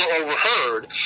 overheard